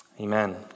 Amen